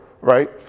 right